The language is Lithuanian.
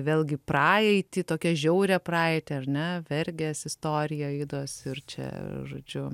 vėlgi praeitį tokią žiaurią praeitį ar ne vergės istoriją aidos ir čia žodžiu